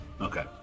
Okay